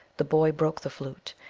the boy broke the flute,